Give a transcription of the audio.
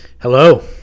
Hello